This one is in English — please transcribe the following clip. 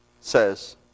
says